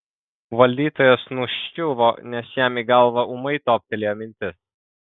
valdytojas nuščiuvo nes jam į galvą ūmai toptelėjo mintis